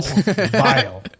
Vile